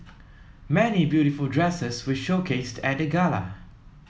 many beautiful dresses were showcased at the gala